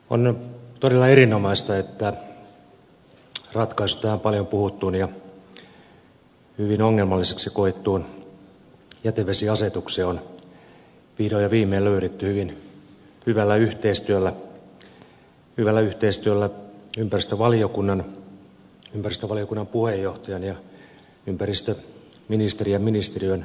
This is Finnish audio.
on todella erinomaista että ratkaisu tähän paljon puhuttuun ja hyvin ongelmalliseksi koettuun jätevesiasetukseen on vihdoin ja viimein löydetty hyvin hyvällä yhteistyöllä ympäristövaliokunnan ympäristövaliokunnan puheenjohtajan ja ympäristöministerin ja ministeriön välillä